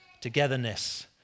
togetherness